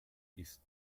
ist